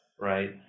right